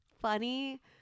funny